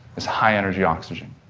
this high-energy oxygen.